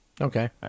Okay